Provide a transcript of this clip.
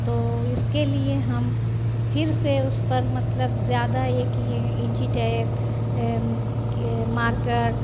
तो इसके लिए हम फिर से उस पर मतलब ज़्यादा यह किए कैंची टैप मार्कर